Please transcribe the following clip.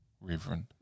reverend